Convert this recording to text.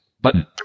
Button